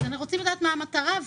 אנחנו רוצים לדעת מה המטרה.